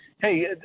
Hey